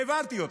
העברתי אותן.